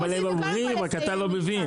אבל הם אומרים, רק אתה לא מבין.